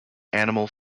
animal